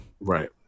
Right